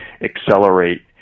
accelerate